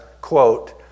quote